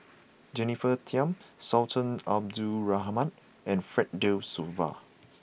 Jennifer Tham Sultan Abdul Rahman and Fred De Souza